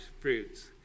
fruits